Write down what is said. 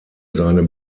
seine